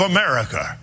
America